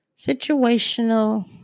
situational